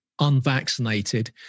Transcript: unvaccinated